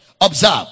Observe